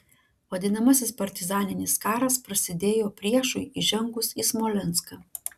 vadinamasis partizaninis karas prasidėjo priešui įžengus į smolenską